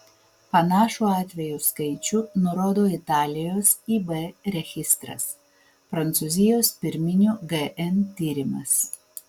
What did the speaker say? panašų atvejų skaičių nurodo italijos ib registras prancūzijos pirminių gn tyrimas